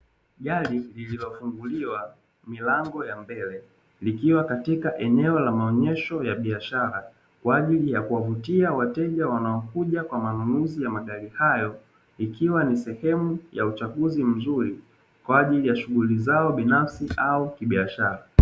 Gari lililofunguliwa milango ya mbele, likiwa katika eneo la maonyesho ya biashara, kwa ajili ya kuwavutia wateja wanaokuja kwa ajili ya manunuzi ya magari hayo, ikiwa ni sehemu ya uchaguzi mzuri, kwa ajili ya shughuli zao binfsi au kibiashara.